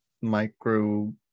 micro